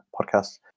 podcasts